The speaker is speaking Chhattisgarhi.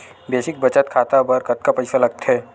बेसिक बचत खाता बर कतका पईसा लगथे?